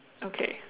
okay